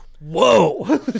Whoa